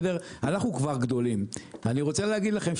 אנחנו כבר גדולים ואני רוצה להגיד לכם,